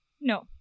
No